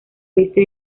oeste